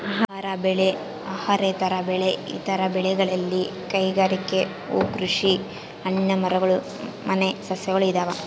ಆಹಾರ ಬೆಳೆ ಅಹಾರೇತರ ಬೆಳೆ ಇತರ ಬೆಳೆಗಳಲ್ಲಿ ಕೈಗಾರಿಕೆ ಹೂಕೃಷಿ ಹಣ್ಣಿನ ಮರಗಳು ಮನೆ ಸಸ್ಯಗಳು ಇದಾವ